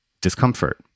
discomfort